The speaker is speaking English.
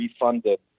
refunded